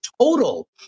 total